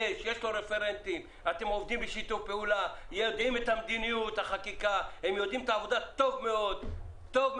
לנסח בחקיקה את הסמכות בצורה כזאת,